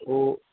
ਓ